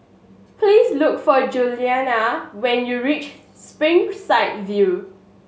please look for Julianne when you reach Springside View